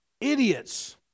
idiots